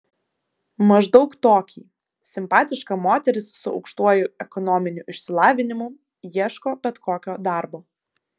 maždaug tokį simpatiška moteris su aukštuoju ekonominiu išsilavinimu ieško bet kokio darbo